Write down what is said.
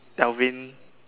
Alvin